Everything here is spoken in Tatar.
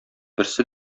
берсе